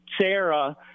Sarah